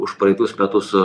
už praeitus metus